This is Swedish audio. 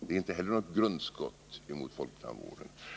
så är inte heller detta ett grundskott mot folktandvården.